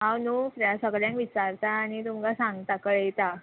हांव न्हू फ्रेंड सगल्यांक विचारता आनी तुमकां सांगता कळयता